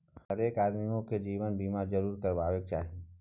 हरेक आदमीकेँ जीवन बीमा जरूर करेबाक चाही